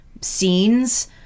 scenes